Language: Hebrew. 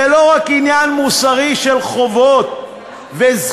זה לא רק עניין מוסרי של חובות וזכויות,